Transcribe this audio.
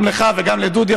גם לך וגם לדודי,